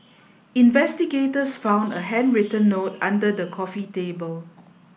investigators found a handwritten note under the coffee table